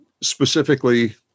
specifically